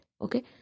Okay